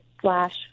slash